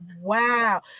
Wow